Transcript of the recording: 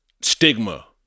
stigma